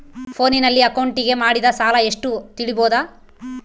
ಫೋನಿನಲ್ಲಿ ಅಕೌಂಟಿಗೆ ಮಾಡಿದ ಸಾಲ ಎಷ್ಟು ತಿಳೇಬೋದ?